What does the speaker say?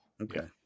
okay